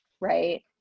right